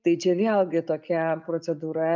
tai čia vėlgi tokia procedūra